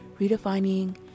redefining